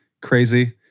crazy